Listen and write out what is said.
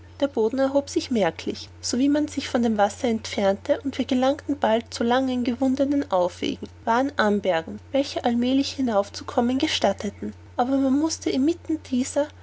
der boden erhob sich merklich sowie man sich von dem wasser entfernte und wir gelangten bald zu langen gewundenen aufwegen wahren anbergen welche allmälig hinauf zu kommen gestatteten aber man mußte inmitten dieser